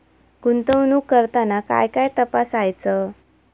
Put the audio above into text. गुंतवणूक करताना काय काय तपासायच?